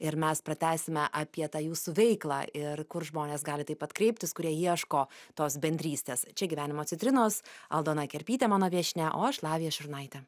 ir mes pratęsime apie tą jūsų veiklą ir kur žmonės gali taip pat kreiptis kurie ieško tos bendrystės čia gyvenimo citrinos aldona kerpytė mano viešnia o aš lavija šurnaitė